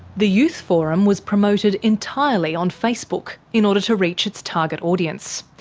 the youth forum was promoted entirely on facebook in order to reach its target audience.